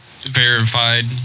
Verified